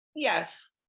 Yes